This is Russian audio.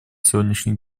сегодняшних